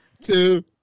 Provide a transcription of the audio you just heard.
two